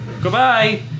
goodbye